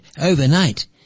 overnight